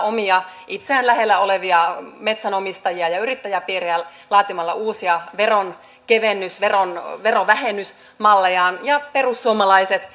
itseään lähellä olevia metsänomistajia ja yrittäjäpiirejä laatimalla uusia veronkevennys verovähennysmallejaan ja perussuomalaiset